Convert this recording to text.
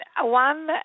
One